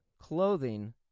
clothing